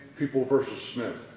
people versus smith.